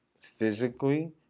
physically